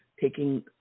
taking